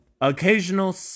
Occasional